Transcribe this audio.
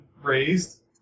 raised